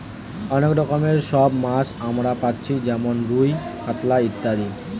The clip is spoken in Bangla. অনেক রকমের সব মাছ আমরা পাচ্ছি যেমন রুই, কাতলা ইত্যাদি